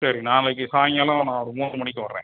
சரி நாளைக்கு சாய்ங்காலம் நான் ஒரு மூணு மணிக்கு வர்றேன்